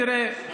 תראה,